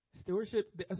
Stewardship